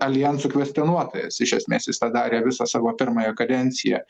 aljansų kvestionuotojas iš esmės jis tą darė visą savo pirmąją kadenciją